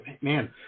Man